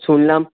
শুনলাম